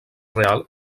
real